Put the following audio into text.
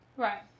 Right